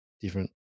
Different